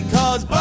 Cause